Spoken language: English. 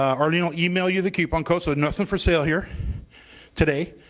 arlene will email you the coupon codes so nothing for sale here today.